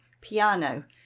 piano